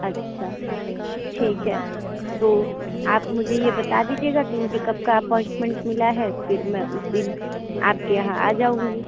अच्छा ठीक है तो आप मुझे ये बता दीजिएगा कि मुझे कब का अपॉइंटमेंट मिला है फिर मैं उस दिन आप के यहाँ आ जाऊँगी